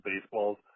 baseballs –